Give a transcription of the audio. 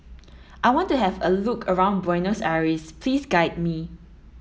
I want to have a look around Buenos Aires Please guide me